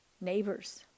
neighbors